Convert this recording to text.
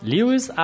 Lewis